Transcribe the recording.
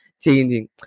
changing